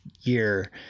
year